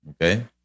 Okay